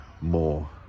more